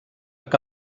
que